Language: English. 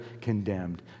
condemned